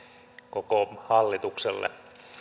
koko hallitukselle